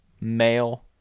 male